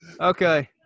Okay